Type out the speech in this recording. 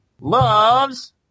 Loves